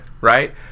right